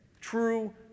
True